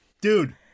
dude